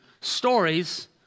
Stories